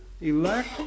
elect